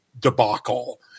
debacle